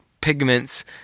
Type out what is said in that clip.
pigments